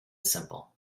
simple